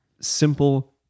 simple